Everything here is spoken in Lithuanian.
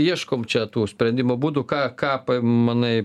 ieškom čia tų sprendimo būdų ką ką manai